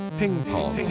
ping-pong